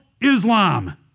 Islam